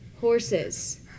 Horses